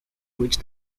which